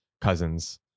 cousins